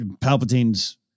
Palpatine's